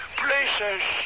places